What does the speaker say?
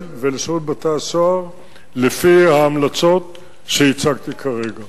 ובשירות בתי-הסוהר לפי ההמלצות שהצגתי כרגע.